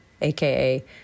aka